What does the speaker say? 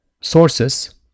sources